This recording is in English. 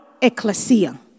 ecclesia